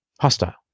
hostile